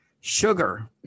sugar